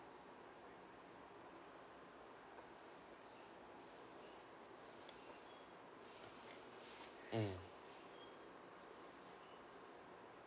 mm